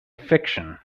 fiction